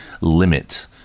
limit